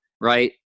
Right